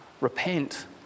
Repent